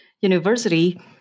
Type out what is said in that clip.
university